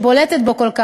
שבולטת בו כל כך,